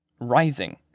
rising